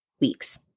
weeks